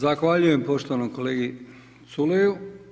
Zahvaljujem poštovanom kolegi Culeju.